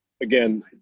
again